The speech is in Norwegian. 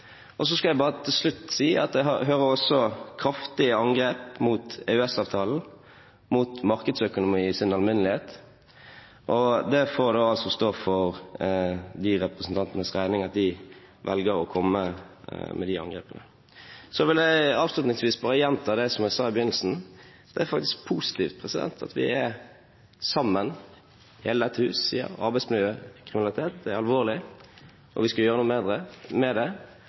Så skal jeg bare til slutt si at jeg også hører kraftige angrep mot EØS-avtalen og mot markedsøkonomi i sin alminnelighet. Det får stå for de representantenes regning at de velger å komme med de angrepene. Avslutningsvis vil jeg bare gjenta det jeg sa i begynnelsen: Det er positivt at vi er sammen. Hele dette hus sier at arbeidslivskriminalitet er alvorlig, at vi skal gjøre noe med det, og at vi er nødt til å bli bedre på det.